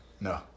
no